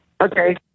Okay